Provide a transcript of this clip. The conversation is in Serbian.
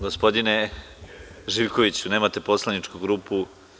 Gospodine Živkoviću, nemate poslaničku grupu.